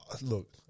Look